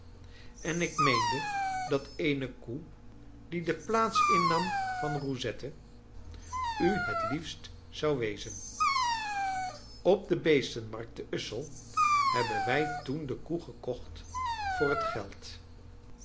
en ik meende dat eene koe die de plaats innam van roussette u het liefst zou wezen op de beestenmarkt te ussel hebben wij toen de koe gekocht voor het geld